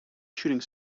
shooting